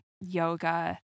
yoga